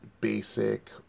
basic